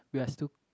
we are still